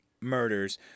murders